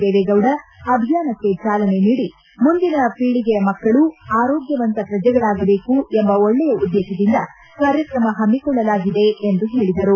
ದೇವೇಗೌಡ ಅಭಿಯಾನಕ್ಕೆ ಚಾಲನೆ ನೀಡಿ ಮುಂದಿನ ಪೀಳಿಗೆ ಮಕ್ಕಳು ಆರೋಗ್ಯವಂತ ಪ್ರಜೆಗಳಾಗದೇಕು ಎಂಬ ಒಳ್ಳೆಯ ಉದ್ದೇತದಿಂದ ಕಾರ್ಯಕ್ರಮ ಹಮ್ನಿಕೊಳ್ಳಲಾಗಿದೆ ಎಂದು ಹೇಳಿದರು